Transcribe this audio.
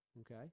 okay